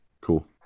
cool